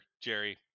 Jerry